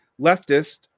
leftist